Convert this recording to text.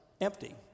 empty